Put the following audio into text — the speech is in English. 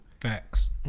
facts